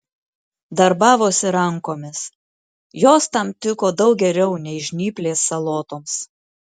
darbavosi rankomis jos tam tiko daug geriau nei žnyplės salotoms